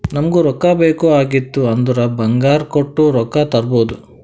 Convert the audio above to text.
ನಮುಗ್ ರೊಕ್ಕಾ ಬೇಕ್ ಆಗಿತ್ತು ಅಂದುರ್ ಬಂಗಾರ್ ಕೊಟ್ಟು ರೊಕ್ಕಾ ತರ್ಬೋದ್